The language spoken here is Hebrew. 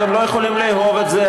אתם יכולים לא לאהוב את זה,